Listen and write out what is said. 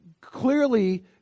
clearly